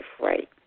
right